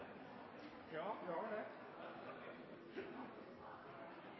Ja, det